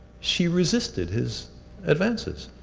she resisted his advances.